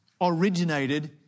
originated